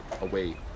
away